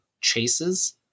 chases